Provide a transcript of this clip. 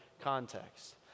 context